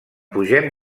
pugem